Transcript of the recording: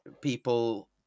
people